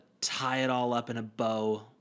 tie-it-all-up-in-a-bow